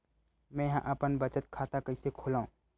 मेंहा अपन बचत खाता कइसे खोलव?